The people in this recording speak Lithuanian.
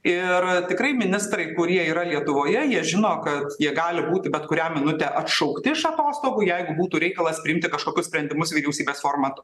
ir tikrai ministrai kurie yra lietuvoje jie žino kad jie gali būti bet kurią minutę atšaukti iš atostogų jeigu būtų reikalas priimti kažkokius sprendimus vyriausybės formatu